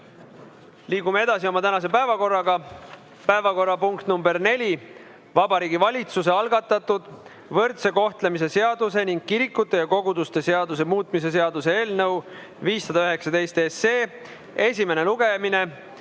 Liigume edasi tänase päevakorraga. Päevakorrapunkt nr 4, Vabariigi Valitsuse algatatud võrdse kohtlemise seaduse ning kirikute ja koguduste seaduse muutmise seaduse eelnõu 519 esimene lugemine.